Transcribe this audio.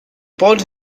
boiled